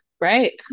right